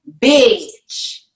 bitch